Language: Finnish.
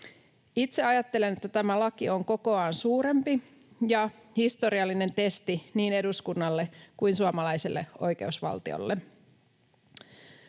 Itse ajattelen, että tämä laki on kokoaan suurempi ja historiallinen testi niin eduskunnalle kuin suomalaiselle oikeusvaltiolle.